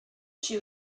she